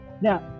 now